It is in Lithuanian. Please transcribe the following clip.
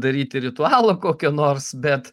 daryti ritualo kokio nors bet